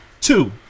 Two